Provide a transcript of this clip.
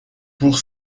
pour